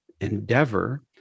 endeavor